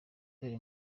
dore